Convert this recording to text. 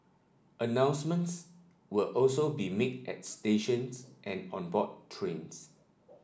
announcements will also be made at stations and on board trains